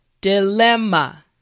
Dilemma